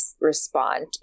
respond